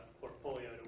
portfolio